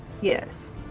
yes